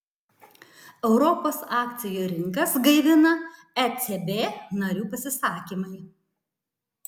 europos akcijų rinkas gaivina ecb narių pasisakymai